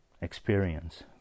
Experience